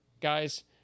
guys